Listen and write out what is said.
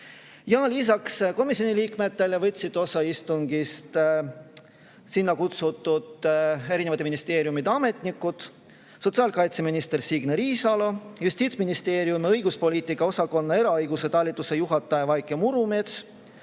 Lisaks komisjoni liikmetele võtsid istungist osa sinna kutsutud erinevate ministeeriumide ametnikud: sotsiaalkaitseminister Signe Riisalo, Justiitsministeeriumi õiguspoliitika osakonna eraõiguse talituse juhataja Vaike Murumets,